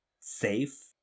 safe